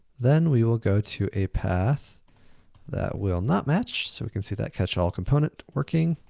then we will go to a path that will-not-match. so we can see that catch-all component working.